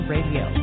Radio